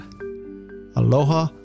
Aloha